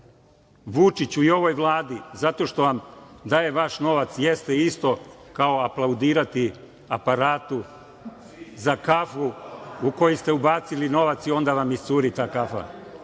Vučiću i ovoj Vladi, zato što vam daje vaš novac jeste isto kao aplaudirati aparatu za kafu u koji ste ubacili novac i onda vam iscuri ta kafa. Prema